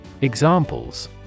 Examples